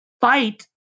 fight